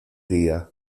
día